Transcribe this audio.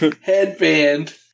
headband